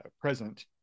present